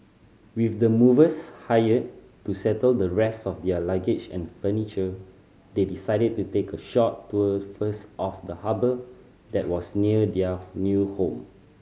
with the movers hired to settle the rest of their luggage and furniture they decided to take a short tour first of the harbour that was near their new home